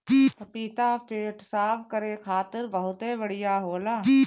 पपीता पेट साफ़ करे खातिर बहुते बढ़िया होला